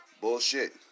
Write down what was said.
Bullshit